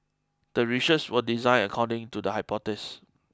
the research was designed according to the hypothesis